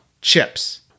Chips